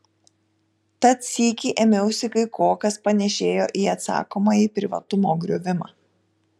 tad sykį ėmiausi kai ko kas panėšėjo į atsakomąjį privatumo griovimą